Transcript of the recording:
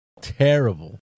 terrible